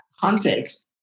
context